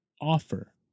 offer